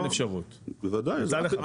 אין אפשרות יצא לך?